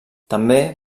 també